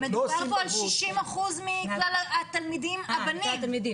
מדובר פה על 60% מכלל התלמידים הבנים,